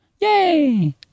Yay